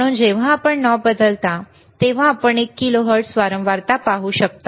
म्हणून जेव्हा आपण नॉब बदलता तेव्हा आपण एक किलोहर्ट्झ वारंवारता पाहू शकता